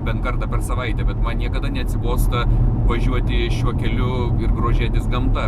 bent kartą per savaitę bet man niekada neatsibosta važiuoti šiuo keliu ir grožėtis gamta